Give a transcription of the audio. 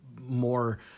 more